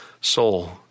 soul